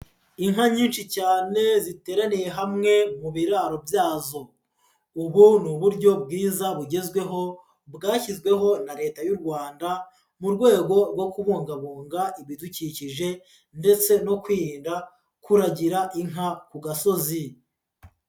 Inka nyinshi cyane ziteraniye hamwe mu biraro byazo, ubu ni uburyo bwiza bugezweho bwashyizweho na Leta y'u Rwanda mu rwego rwo kubungabunga ibidukikije ndetse no kwirinda kuragira inka ku gasozi.